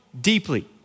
deeply